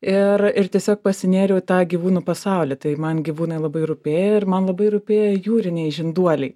ir ir tiesiog pasinėriau į tą gyvūnų pasaulį tai man gyvūnai labai rūpėjo ir man labai rūpėjo jūriniai žinduoliai